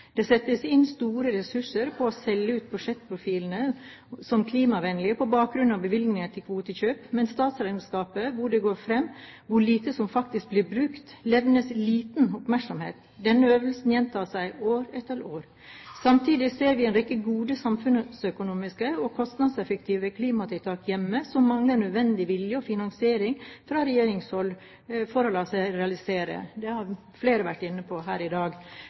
Det settes inn store ressurser på å selge ut budsjettprofilen som klimavennlig, på bakgrunn av bevilgningene til kvotekjøp, mens statsregnskapet, der det går fram hvor lite som faktisk blir brukt, levnes liten oppmerksomhet. Denne øvelsen gjentar seg år etter år. Samtidig ser vi en rekke gode, samfunnsøkonomiske og kostnadseffektive klimatiltak hjemme, som mangler nødvendig vilje og finansiering fra regjeringshold til å la seg realisere. Det har flere vært inne på her i dag.